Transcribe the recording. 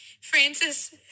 Francis